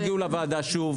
הם לא יגיעו לוועדה שוב,